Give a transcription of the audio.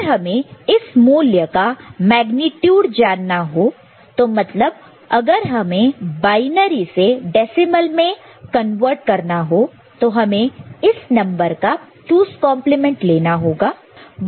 अगर हमें इस मूल्य का मैग्नेटयूड जानना हो मतलब अगर हमें बायनरी से डेसिमल में कन्वर्ट करना हो तो हमें इस नंबर का 2's कंप्लीमेंट 2's complement लेना होगा